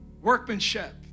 workmanship